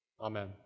Amen